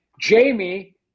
Jamie